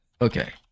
Okay